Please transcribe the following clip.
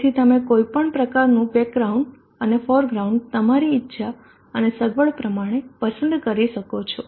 તેથી તમે કોઈપણ પ્રકારનું બેકગ્રાઉન્ડ અને ફોરગ્રાઉન્ડ તમારી ઈચ્છા અને સગવડ પ્રમાણે પસંદ કરી શકો છો